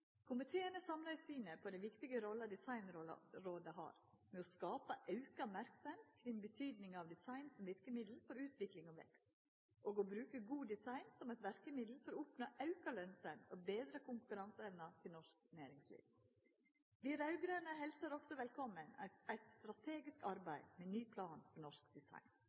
Komiteen er samla i synet på den viktige rolla Designrådet har med å skapa auka merksemd kring betydinga av design som verkemiddel for utvikling og vekst, og å bruka god design som eit verkemiddel for å oppnå auka lønsemd og betra konkurranseevna til norsk næringsliv. Vi raud-grøne helsar også velkommen eit strategisk arbeid med ny plan for norsk